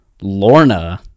Lorna